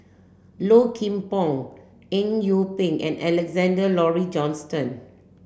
Low Kim Pong Eng Yee Peng and Alexander Laurie Johnston